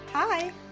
Hi